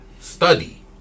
study